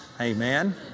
Amen